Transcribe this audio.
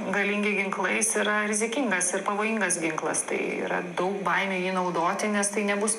galingi ginklai jis yra rizikingas ir pavojingas ginklas tai yra daug baimių jį naudoti nes tai nebus